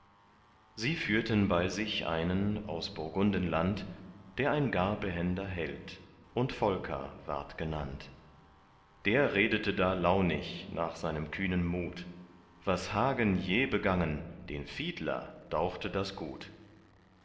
sie führten bei sich einen aus burgundenland der ein gar behender held und volker ward genannt der redete da launig nach seinem kühnen mut was hagen je begangen den fiedler dauchte das gut